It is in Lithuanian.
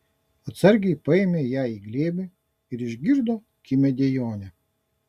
atsargiai paėmė ją į glėbį ir išgirdo kimią dejonę